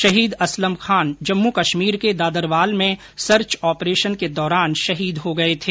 शहीद असलम खान जम्मू कश्मीर के दादरवाल में सर्च ऑपरेशन के दौरान शहीद हो गए थे